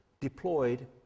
deployed